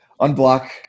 unblock